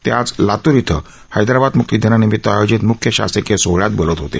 ते आज लात्र इथं हैदराबाद म्क्ति दिनानिमीत आयोजित मुख्य शासकीय सोहळ्यात बोलत होते